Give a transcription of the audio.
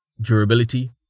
Durability